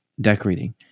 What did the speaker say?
decorating